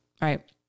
right